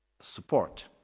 support